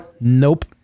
Nope